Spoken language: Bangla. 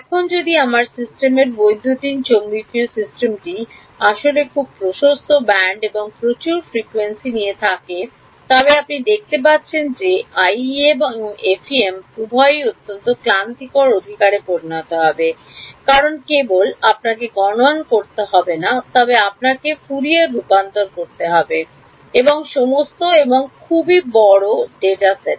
এখন যদি আমার সিস্টেমের বৈদ্যুতিন চৌম্বকীয় সিস্টেমটি আসলে খুব প্রশস্ত ব্যান্ডএবং প্রচুর ফ্রিকোয়েন্সি থাকে তবে আপনি দেখতে পাচ্ছেন যে এই আইইএম এবং এফইএম উভয়ই অত্যন্ত ক্লান্তিকর অধিকারে পরিণত হবে কারণ কেবল আপনাকে গণনা করতে হবে না তবে আপনাকে ফুরিয়ার রূপান্তর করতে হবে এবং সমস্ত এবং খুব বড় ডেটা সেট